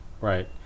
right